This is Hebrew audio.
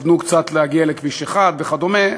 התכוונו קצת להגיע לכביש 1 וכדומה.